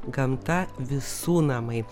gamta visų namai